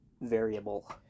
variable